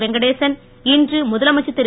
வெங்கடேசன் இன்று முதலமைச்சர் திரு